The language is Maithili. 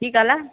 की कहलऽ